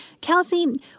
Kelsey